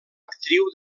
actriu